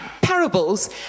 parables